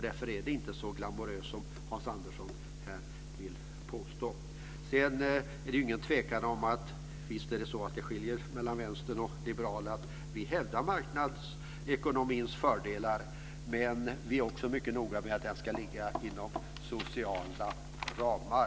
Därför är det inte så glamouröst som Hans Andersson här vill påstå. Sedan är det ingen tvekan om att det skiljer mellan vänstern och liberalerna. Vi hävdar marknadsekonomins fördelar. Men vi är också mycket noga med att den ska ligga inom sociala ramar.